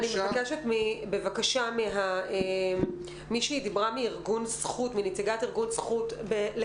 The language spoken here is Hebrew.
אני מבקשת בבקשה מהנציגה מארגון "זכות" שדיברה